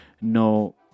no